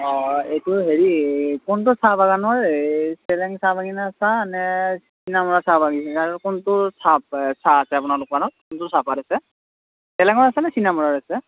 অ' এইটো হেৰি কোনটো চাহবাগানৰ এই চেলেঙ চাহ বাগিচাৰ চাহ নে চাহ বাগিচাৰ আৰু কোনটো চাহ চাহ আছে আপোনাৰ দোকানত কোনটো চাহপাত আছে চেলেঙৰ আছে নে চিঙামৰাৰ আছে